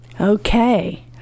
Okay